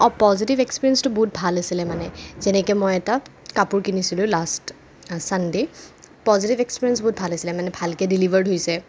positive এক্সপেৰিয়েঞ্চটো বহুত ভাল আছিলে মানে যেনেকে মই এটা কাপোৰ কিনিছিলোঁ লাষ্ট চানডে পজিটিভ এক্সপেৰিয়েঞ্চ বহুত ভাল আছিল মানে ভালকে ডেলিভাৰ্ড হৈছে